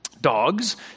Dogs